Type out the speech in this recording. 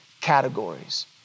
categories